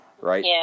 Right